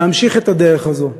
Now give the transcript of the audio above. להמשיך את הדרך הזאת.